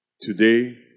Today